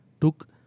took